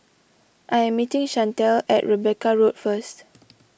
I am meeting Chantel at Rebecca Road first